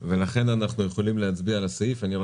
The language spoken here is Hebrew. אמיר